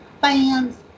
fans